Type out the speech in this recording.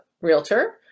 realtor